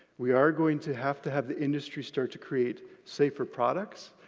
we are going to have to have the industry start to create safer products,